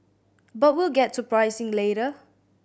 but we'll get to pricing later